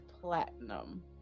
platinum